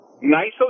nice